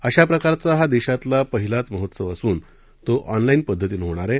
अशाप्रकारचा हा देशातला पहिलाच महोत्सव असून तो ऑनलाईन पद्धतीनं होणार आहे